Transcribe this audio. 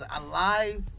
alive